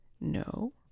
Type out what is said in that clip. no